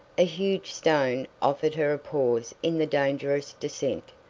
a huge stone offered her a pause in the dangerous descent.